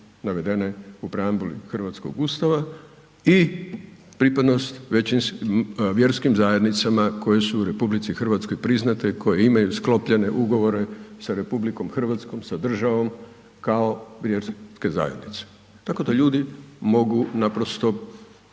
u preambuli hrvatskog Ustava i pripadnost vjerskim zajednicama koje su u RH priznate i koje imaju sklopljene ugovore sa RH sa državom kao vjerske zajednice, tako da ljudi mogu naprosto